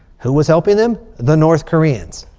who was helping them? the north koreans.